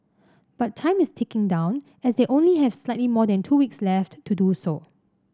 but time is ticking down as they only have slightly more than two weeks left to do so